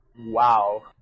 Wow